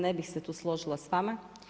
Ne bih se tu složila s vama.